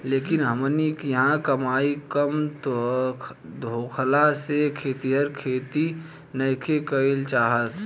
लेकिन हमनी किहाँ कमाई कम होखला से खेतिहर खेती नइखे कईल चाहत